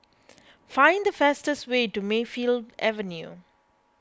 find the fastest way to Mayfield Avenue